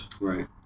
Right